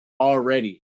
already